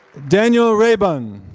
daniel reabhan.